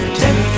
ten